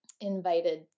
invited